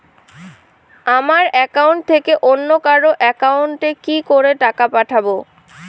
আমার একাউন্ট থেকে অন্য কারো একাউন্ট এ কি করে টাকা পাঠাবো?